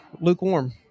lukewarm